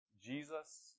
Jesus